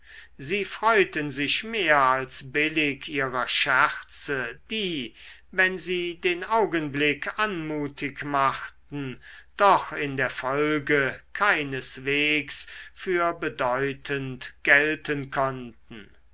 sie freuten sich mehr als billig ihrer scherze die wenn sie den augenblick anmutig machten doch in der folge keineswegs für bedeutend gelten konnten